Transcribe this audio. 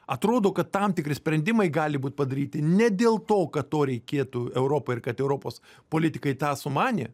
atrodo kad tam tikri sprendimai gali būt padaryti ne dėl to kad to reikėtų europai ar kad europos politikai tą sumanė